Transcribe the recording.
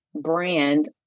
brand